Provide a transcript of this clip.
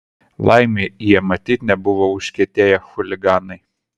laimei jie matyt nebuvo užkietėję chuliganai